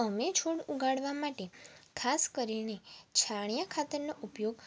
અમે છોડ ઉગાડવા માટે ખાસ કરીને છાણિયા ખાતરનો ઉપયોગ